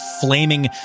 flaming